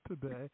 today